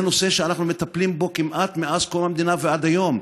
זה נושא שאנחנו מטפלים בו כמעט מאז קום המדינה ועד היום,